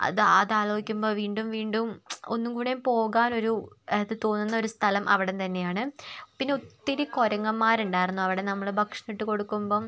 അത് അത് ആലോചിക്കുമ്പോൾ വീണ്ടും വീണ്ടും ഒന്നും കൂടെ പോകാൻ ഒരു അത് തോന്നുന്ന ഒരു സ്ഥലം അവിടം തന്നെയാണ് പിന്നെ ഒത്തിരി കുരങ്ങന്മാരുണ്ടായിരുന്നു അവിടെ നമ്മൾ ഭക്ഷണം ഇട്ടു കൊടുക്കുമ്പം